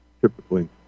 typically